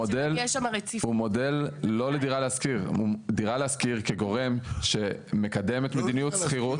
דירה להשכיר כגורם שמקדמת מדיניות שכירות.